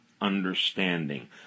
understanding